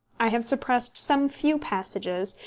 i have suppressed some few passages,